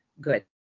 good